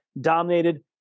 dominated